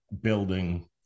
building